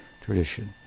tradition